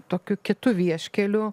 tokiu kitu vieškeliu